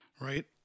Right